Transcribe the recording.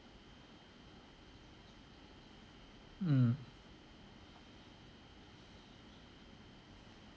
mm